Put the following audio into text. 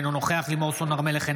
אינו נוכח לימור סון הר מלך,